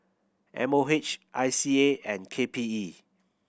M O H I C A and K P E